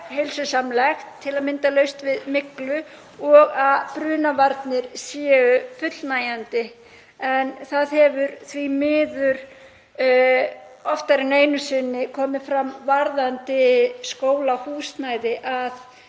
heilsusamlegt, til að mynda laust við myglu og að brunavarnir séu fullnægjandi. En það hefur því miður oftar en einu sinni komið fram varðandi skólahúsnæði að